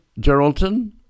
Geraldton